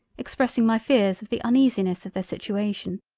expressing my fears of the uneasiness of their situation.